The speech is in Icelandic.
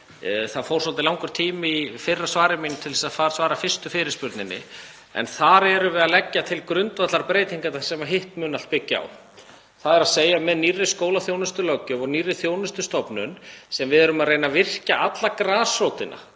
Það fór svolítið langur tími í fyrra svari mínu í að svara fyrstu fyrirspurninni en þar erum við að leggja til grundvallarbreytingarnar sem allt hitt mun byggja á, þ.e. að með nýrri skólaþjónustulöggjöf og nýrri þjónustustofnun erum við að reyna að virkja alla grasrótina,